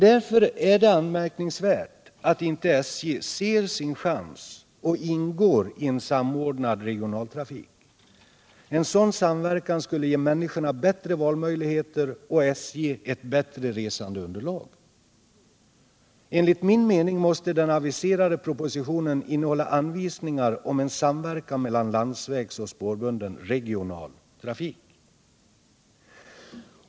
Därför är det anmärkningsvärt att inte SJ ser sin chans och ingår i en samordnad regionaltrafik. En sådan samverkan skulle ge människorna bättre valmöjligheter och SJ ett bättre resandeunderlag. Enligt min mening måste den aviserade propositionen innehålla anvisningar om en samverkan mellan landsvägsoch spårbunden regional trafik.